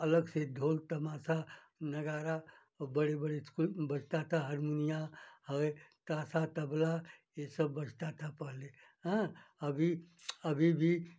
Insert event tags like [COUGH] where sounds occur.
अलग से ढोल तमाशा नगाड़ा बड़े बड़े [UNINTELLIGIBLE] बजता था हरमोनिया है ताशा तबला ये सब बजता था पहले हाँ अभी अभी भी